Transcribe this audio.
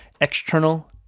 External